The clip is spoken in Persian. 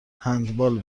هندبال